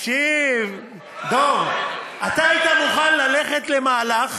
תקשיב, דב, אתה היית מוכן ללכת למהלך,